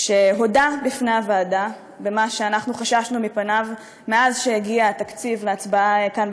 שהודה בפני הוועדה במה שאנחנו חששנו מפניו מאז הגיע התקציב להצבעה כאן,